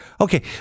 Okay